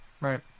Right